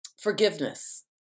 forgiveness